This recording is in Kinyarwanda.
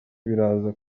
biraza